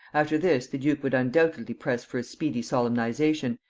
after this the duke would undoubtedly press for a speedy solemnization,